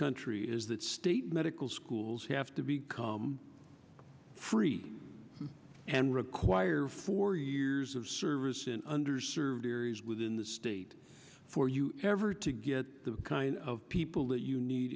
country is that state medical schools have to become free and require four years of service in under served areas within the state for you ever to get the kind of people that you need